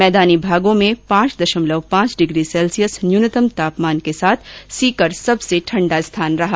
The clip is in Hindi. मैदानी भागो में पांच दशमलव पांच डिग्री सैल्सियस न्यूनतम तापमान के साथ सीकर सबसे ठण्डा स्थान रहा